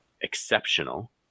exceptional